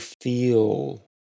feel